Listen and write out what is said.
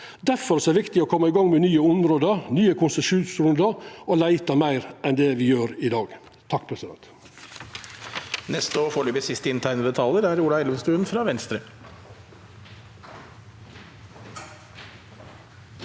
Difor er det viktig å koma i gang med nye område, nye konsesjonsrundar og leita meir enn det me gjer i dag.